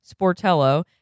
Sportello